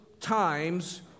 times